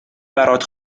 برات